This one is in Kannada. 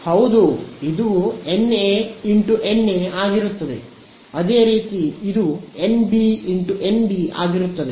ಹೌದು ಇದು NA × NA ಆಗಿರುತ್ತದೆ ಅದೇ ರೀತಿ ಇದು NB × NB ಬಲವಾಗಿರುತ್ತದೆ